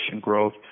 growth